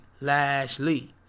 Lashley